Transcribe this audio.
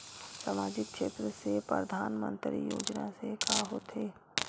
सामजिक क्षेत्र से परधानमंतरी योजना से का होथे?